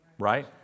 right